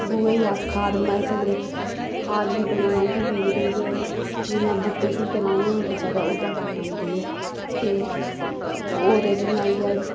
गोहै दी अस खाद बनाई सकदे खाद बी बड़ी मैह्ंगी बिकदी ते जि'यां बूह्टे शूह्टे लाने होन कुसै ते उं'दे कम्म औंदी ओह् ते होर जि'यां होई गेआ